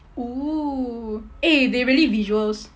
!woo! eh they really visuals